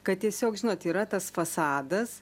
kad tiesiog žinot yra tas fasadas